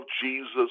Jesus